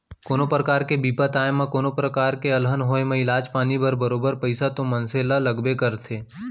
कोनो परकार के बिपत आए म कोनों प्रकार के अलहन होय म इलाज पानी बर बरोबर पइसा तो मनसे ल लगबे करथे